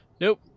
Nope